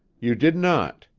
you did not.